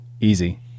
easy